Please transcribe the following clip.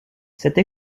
cette